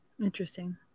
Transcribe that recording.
Interesting